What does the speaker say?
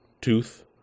tooth